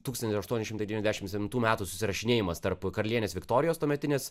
tūkstantis aštuoni šimtai devyniadešim septintų metų susirašinėjimas tarp karalienės viktorijos tuometinės